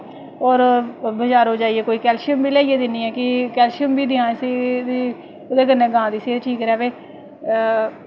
होर बज़ारो जाइयै कोई कैल्शियम बी लेइयै दि'न्नी आं कि कैल्शियम बी देआं इसी ओह्दे कन्नै गांऽ दी सेह्त ठीक र'वै